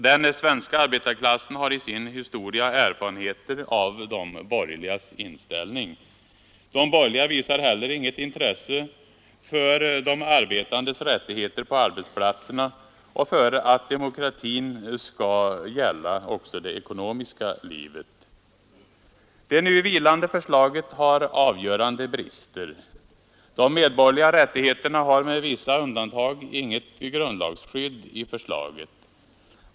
Den svenska arbetarklassen har i sin historia erfarenheter av de borgerligas inställning. De borgerliga visar heller inget intresse för de arbetandes rättigheter på arbetsplatserna och för att demokratin skall gälla också det ekonomiska livet. Det nu vilande förslaget har avgörande brister. De medborgerliga rättigheterna har med vissa undantag inget grundlagsskydd i förslaget.